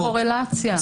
התקופות הן בקורלציה.